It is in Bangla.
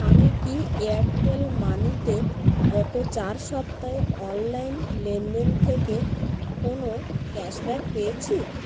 আমি কি এয়ারটেল মানিতে গত চার সপ্তাহে অনলাইন লেনদেন থেকে কোনও ক্যাশব্যাক পেয়েছি